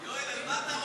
יואל, על מה אתה רוצה?